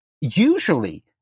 usually